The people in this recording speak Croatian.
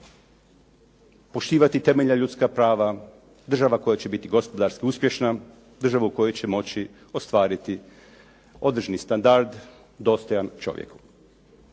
poštivati temeljna ljudska prava, država koja će biti gospodarski uspješna, država u kojoj će moći ostvariti određeni standard dostojan čovjeku.